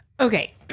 Okay